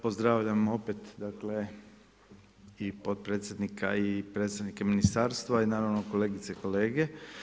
Pozdravljam opet i potpredsjednika i predstavnike ministarstva i naravno kolegice i kolege.